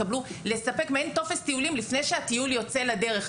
קיבלו לספק מעין טופס טיולים לפני שהטיול יוצא לדרך.